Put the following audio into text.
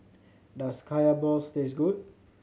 does Kaya balls taste good